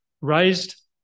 raised